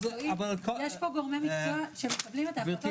יש פה גורמי מקצוע שמקבלים את ההחלטות.